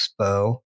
Expo